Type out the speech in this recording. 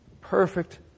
Perfect